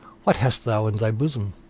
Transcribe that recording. what hast thou in thy bosom?